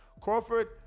Crawford